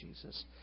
Jesus